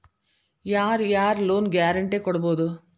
ಯಾರ್ ಯಾರ್ loan guarantee ಕೊಡ್ಬೊದು?